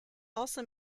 also